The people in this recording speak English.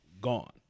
gone